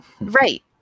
Right